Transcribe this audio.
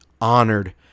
honored